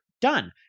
done